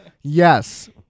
Yes